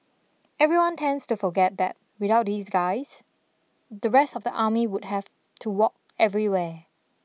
everyone tends to forget that without these guys the rest of the army would have to walk everywhere